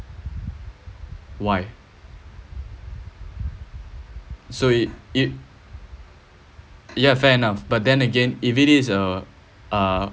why so it it ya fair enough but then again if it is uh uh